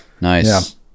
Nice